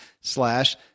slash